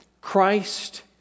Christ